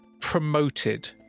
promoted